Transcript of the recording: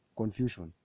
confusion